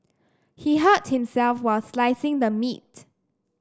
he hurt himself while slicing the meat